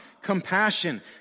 compassion